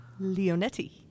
leonetti